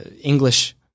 English